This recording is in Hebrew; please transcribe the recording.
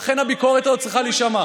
לכן, הביקורת הזאת צריכה להישמע.